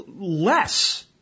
less